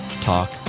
Talk